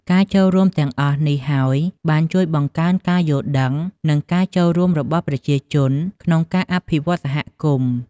ការចូលរួមទាំងអស់នេះហើយបានជួយបង្កើនការយល់ដឹង និងការចូលរួមរបស់ប្រជាជនក្នុងការអភិវឌ្ឍសហគមន៍។